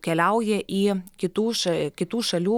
keliauja į kitų ša aa kitų šalių